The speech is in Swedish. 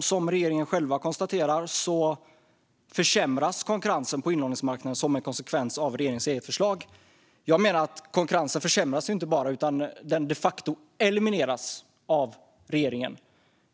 Som regeringen själv konstaterar försämras konkurrensen på inlåningsmarknaden som en konsekvens av regeringens förslag. Jag menar att konkurrensen inte bara försämras utan de facto elimineras av regeringen